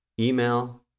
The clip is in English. Email